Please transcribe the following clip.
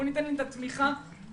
בואו ניתן להם את התמיכה הנצרכת,